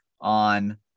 on